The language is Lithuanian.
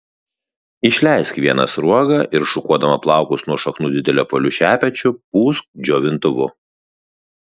išleisk vieną sruogą ir šukuodama plaukus nuo šaknų dideliu apvaliu šepečiu pūsk džiovintuvu